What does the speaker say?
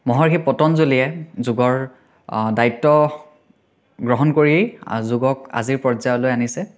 মহৰ্ষি পতঞ্জলীয়ে যোগৰ দায়িত্ব গ্ৰহণ কৰি যোগক আজিৰ পৰ্য্যায়লৈ আনিছে